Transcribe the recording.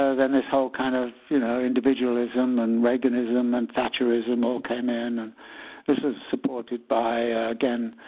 ah then this whole kind of you know individualism and reaganism and thatcherism all came in. and this is supported by again,